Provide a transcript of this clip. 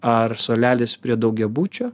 ar suolelis prie daugiabučio